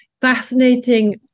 fascinating